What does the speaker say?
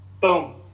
boom